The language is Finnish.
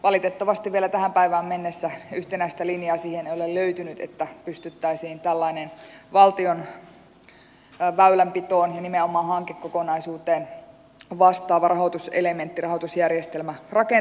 valitettavasti vielä tähän päivään mennessä yhtenäistä linjaa siihen ei ole löytynyt että pystyttäisiin tällainen valtion väylänpitoon ja nimenomaan hankekokonaisuuteen vastaava rahoituselementti rahoitusjärjestelmä rakentamaan